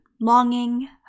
longing